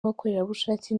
abakorerabushake